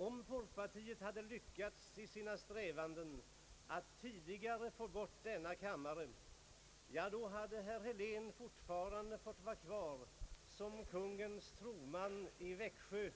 Om folkpartiet hade lyckats i sina strävanden att tidigare få bort denna kammare, så hade herr Helén fortfarande varit kvar som kungens troman i Växjö